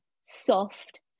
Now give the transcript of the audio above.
soft